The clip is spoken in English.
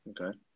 Okay